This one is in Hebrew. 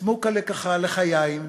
סמוק הלחיים,